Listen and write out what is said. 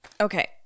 Okay